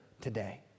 today